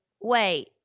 Wait